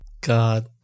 God